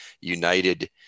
united